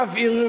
באף עיר,